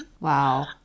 Wow